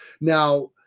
Now